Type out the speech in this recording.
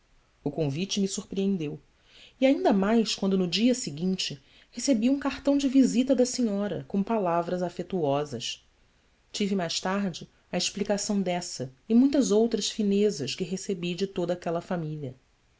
o convite me surpreendeu e ainda mais quando no dia seguinte recebi um cartão de visita da senhora com palavras afetuosas tive mais tarde a explicação dessa e muitas outras finezas que recebi de toda aquela família